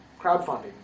crowdfunding